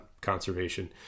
conservation